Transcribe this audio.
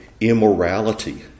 immorality